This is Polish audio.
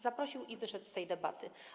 Zaprosił i wyszedł z tej debaty.